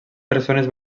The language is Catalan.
persones